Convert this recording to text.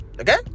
okay